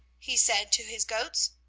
he said to his goats.